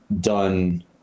done